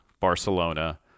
Barcelona